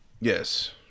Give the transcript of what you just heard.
Yes